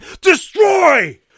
Destroy